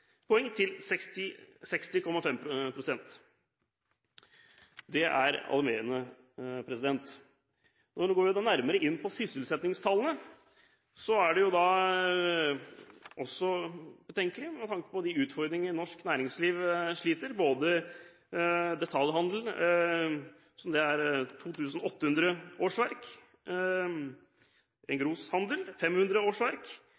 til 60,5 prosentpoeng.» Det er alarmerende. Går vi nærmere inn på sysselsettingstallene, er også de betenkelige, med tanke på de utfordringene norsk næringsliv sliter med. Det gjelder detaljhandelen, med et tap på ca. 2 800 årsverk, engroshandelen, med et tap på ca. 500 årsverk,